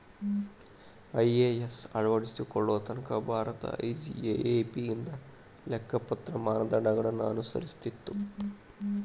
IAS ಅಳವಡಿಸಿಕೊಳ್ಳೊ ತನಕಾ Bharat IGAAP ಇಂದ ಲೆಕ್ಕಪತ್ರ ಮಾನದಂಡಗಳನ್ನ ಅನುಸರಿಸ್ತಿತ್ತು